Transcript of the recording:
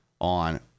on